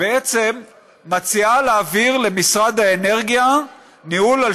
שמציעה בעצם להעביר למשרד האנרגיה ניהול של